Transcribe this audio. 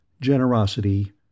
Generosity